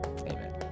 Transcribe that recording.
amen